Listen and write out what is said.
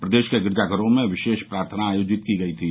प्रदेश के गिरजाघरों में विशेष प्रार्थना आयोजित की गयी थी